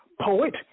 poet